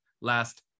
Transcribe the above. Last